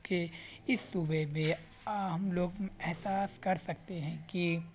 کہ اس صوبے میں ہم لوگ احساس کر سکتے ہیں کہ